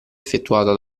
effettuata